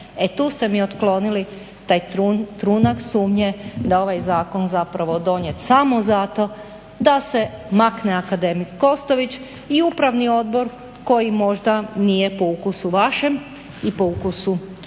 E tu ste mi otklonili taj trunak sumnje da ovaj zakon zapravo donijet samo zato da se makne akademik KOstović i upravni odbor koji možda nije po ukusu vašem i po ukusu ove